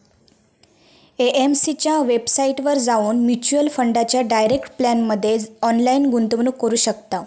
AMC च्या वेबसाईटवर जाऊन म्युच्युअल फंडाच्या डायरेक्ट प्लॅनमध्ये ऑनलाईन गुंतवणूक करू शकताव